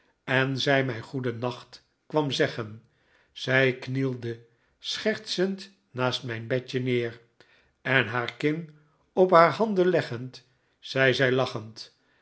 en zij mij goedennacht kwam zeggen zij knielde schertsend naast mijn bedje neer en haar kin op haar handen leggend zei zij lachend